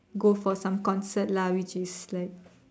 go for some concert lah which is like